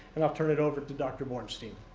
and i'll turn it over to dr. borenstein.